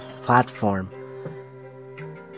platform